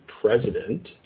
president